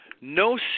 no